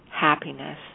happiness